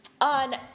on